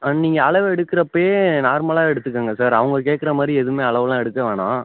ஆ நீங்கள் அளவு எடுக்கிறப்பையே நார்மலாக எடுத்துக்குங்க சார் அவங்க கேட்குற மாதிரி எதுவுமே அளவெலாம் எடுக்க வேணாம்